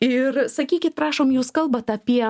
ir sakykit prašom jūs kalbat apie